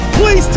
Please